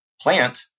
plant